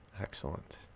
Excellent